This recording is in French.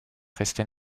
restait